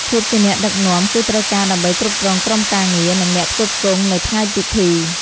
ភាពជាអ្នកដឹកនាំ គឺត្រូវការដើម្បីគ្រប់គ្រងក្រុមការងារ និងអ្នកផ្គត់ផ្គង់នៅថ្ងៃពិធី។